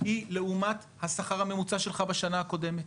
היא לעומת השכר הממוצע שלך בשנה הקודמת.